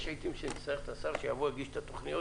יש לעיתים שנצטרך שהשר יבוא להגיש את התוכניות,